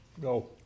Go